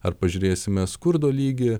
ar pažiūrėsime skurdo lygį